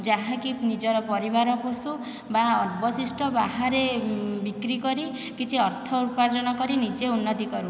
ଯାହାକି ନିଜର ପରିବାର ପୋଷୁ ବା ଅବଶିଷ୍ଟ ବାହାରେ ବିକ୍ରି କରି କିଛି ଅର୍ଥ ଉପାର୍ଜନ କରି ନିଜେ ଉନ୍ନତି କରୁ